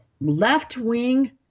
left-wing